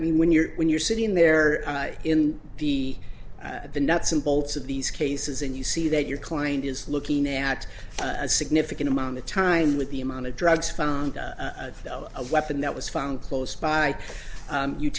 mean when you're when you're sitting there in the nuts and bolts of these cases and you see that your client is looking at a significant amount of time with the amount of drugs found a weapon that was found close by